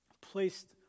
placed